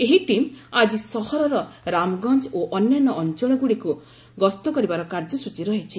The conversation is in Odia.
ଏହି ଟିମ୍ ଆଜି ସହରର ରାମଗଞ୍ଜ ଓ ଅନ୍ୟାନ୍ୟ ଅଞ୍ଚଳଗୁଡ଼ିକୁ ଗସ୍ତ କରିବାର କାର୍ଯ୍ୟସ୍ଚୀ ରହିଛି